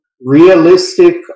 realistic